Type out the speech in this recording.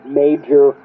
major